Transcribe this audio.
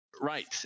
right